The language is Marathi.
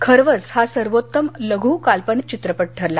खरवस हा सर्वोत्तम लघू काल्पनिक चित्रपट ठरला